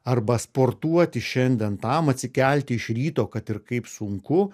arba sportuoti šiandien tam atsikelti iš ryto kad ir kaip sunku